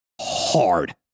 hard